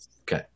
Okay